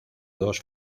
dos